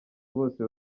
bose